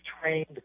trained